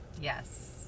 Yes